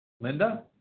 Linda